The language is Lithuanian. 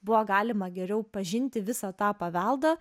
buvo galima geriau pažinti visą tą paveldą